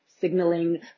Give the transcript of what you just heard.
signaling